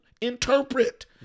interpret